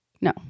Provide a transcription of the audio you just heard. no